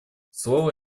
слово